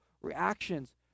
reactions